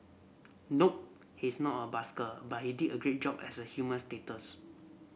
nope he's not a busker but he did a great job as a human status